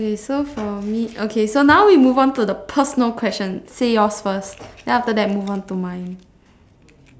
okay so for me okay so now we move on to the personal question say yours first then after that move on to mine